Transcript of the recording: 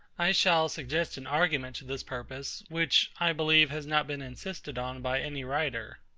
i shall suggest an argument to this purpose, which, i believe, has not been insisted on by any writer.